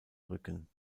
rücken